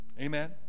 Amen